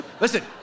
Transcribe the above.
listen